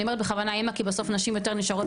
אני אומרת בכוונה אמא כי בסוף נשים יותר נשארות